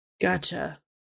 Gotcha